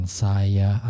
saya